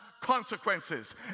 consequences